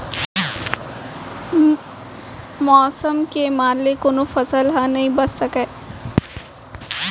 मउसम के मार ले कोनो फसल ह नइ बाच सकय